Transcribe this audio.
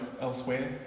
elsewhere